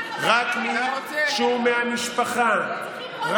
נחסמו וסוכלו בדרך לבית משפט העליון